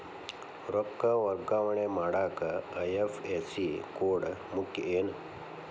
ರೊಕ್ಕ ವರ್ಗಾವಣೆ ಮಾಡಾಕ ಐ.ಎಫ್.ಎಸ್.ಸಿ ಕೋಡ್ ಮುಖ್ಯ ಏನ್